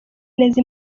neza